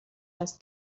است